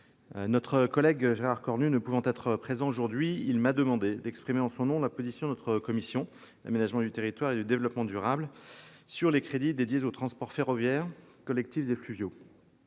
Notre collègue Gérard Cornu ne pouvant être présent aujourd'hui, il m'a demandé d'exprimer en son nom la position de notre commission de l'aménagement du territoire et du développement durable sur les crédits dédiés aux transports ferroviaires, collectifs et fluviaux.